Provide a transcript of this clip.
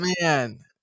man